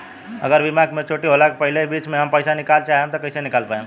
अगर बीमा के मेचूरिटि होला के पहिले ही बीच मे हम पईसा निकाले चाहेम त कइसे निकाल पायेम?